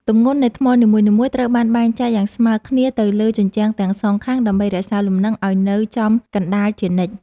ទម្ងន់នៃថ្មនីមួយៗត្រូវបានបែងចែកយ៉ាងស្មើគ្នាទៅលើជញ្ជាំងទាំងសងខាងដើម្បីរក្សាលំនឹងឱ្យនៅចំកណ្តាលជានិច្ច។